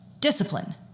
discipline